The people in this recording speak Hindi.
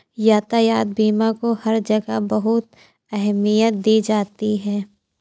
यातायात बीमा को हर जगह बहुत अहमियत दी जाती है